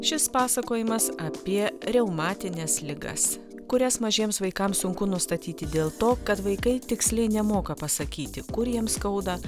šis pasakojimas apie reumatines ligas kurias mažiems vaikams sunku nustatyti dėl to kad vaikai tiksliai nemoka pasakyti kur jiems skauda